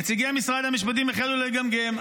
נציגי משרד המשפטים החלו לגמגם.